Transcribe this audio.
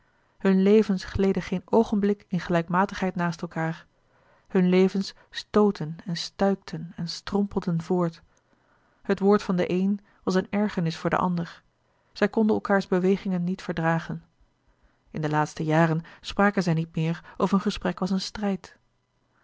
hunne levens gleden geen oogenblik in gelijkmatigheid naast elkaâr hunne levens stootten en stuikten en strompelden voort het woord van den een was een ergernis voor de ander zij konden elkaârs bewegingen niet verdragen in de laatste jaren spraken zij niet meer of hun gesprek was een strijd